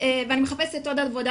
ואני מחפשת עוד עבודה,